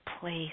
place